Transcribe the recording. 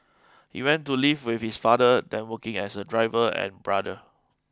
he went to live with his father then working as a driver and brother